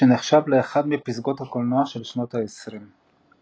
שנחשב לאחת מפסגות הקולנוע של שנות העשרים.